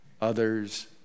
others